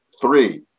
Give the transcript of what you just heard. Three